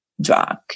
drug